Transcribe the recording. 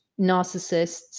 narcissists